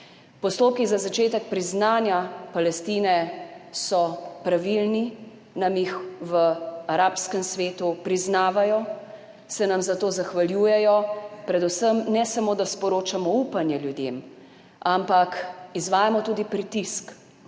Postopki za začetek priznanja Palestine so pravilni, nam jih v arabskem svetu priznavajo, se nam za to zahvaljujejo. Predvsem ne samo da sporočamo upanje ljudem, ampak izvajamo tudi pritisk